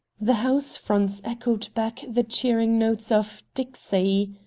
the house-fronts echoed back the cheering notes of dixie.